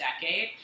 decade